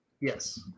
Yes